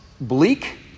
bleak